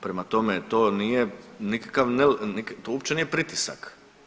Prema tome, to nije nikakav, to uopće nije pritisak.